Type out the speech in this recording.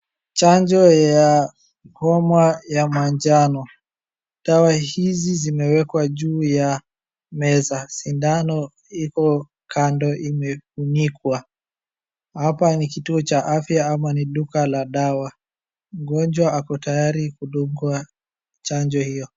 chanjo ya homa ya manjano dawa hizi zimeekwa juu ya meza ,sindano iko kando imefunikwa hapa ni kitui cha afya au duka la dawa mgonjwa ako tayari kudungwa chanjo hiyo